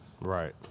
Right